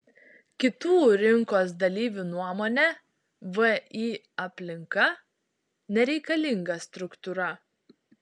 kitų rinkos dalyvių nuomone vį aplinka nereikalinga struktūra